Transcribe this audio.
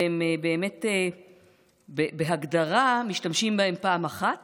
ובאמת, בהגדרה, משתמשים בהם פעם אחת